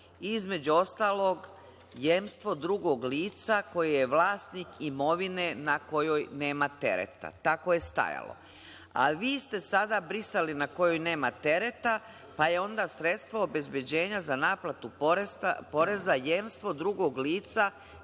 Između ostalog, jemstvo drugo lica koje je vlasnik imovine na kojoj nema tereta, tako je stajalo, a vi ste sada brisali – na kojoj nema tereta, pa je onda sredstvo obezbeđenja za naplatu poreza jemstvo drugog lica